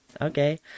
okay